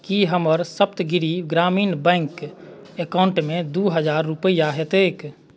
की हमर सप्तगिरि ग्रामीण बैंक अकाउंटमे दू हजार रूपैआ हेतैक